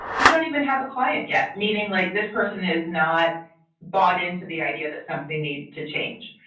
you don't even have a client yet. meeting like this person is not bought into the idea that something needs to change.